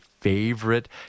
favorite